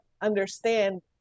understand